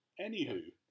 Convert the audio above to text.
Anywho